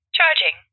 Charging